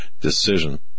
decision